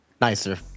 nicer